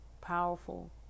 powerful